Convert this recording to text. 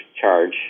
charge